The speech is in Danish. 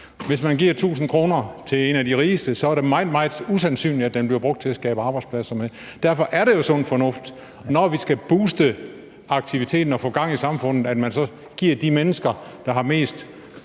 Hvis man giver 1.000 kr. til en af de rigeste, er det meget, meget usandsynligt, at de bliver brugt til at skabe arbejdspladser med. Derfor er det jo sund fornuft, når vi skal booste aktiviteten og få gang i samfundet, at man giver dem til de mennesker, der har mest